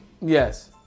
Yes